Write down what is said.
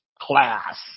class